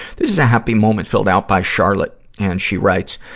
this is a happy moment filled out by charlotte. and she writes,